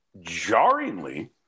jarringly